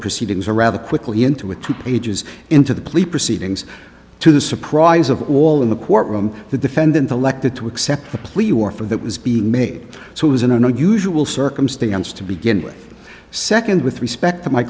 proceedings or rather quickly into a two pages into the plea proceedings to the surprise of all in the courtroom the defendant elected to accept the plea or for that was being made so it was an unusual circumstance to begin with second with respect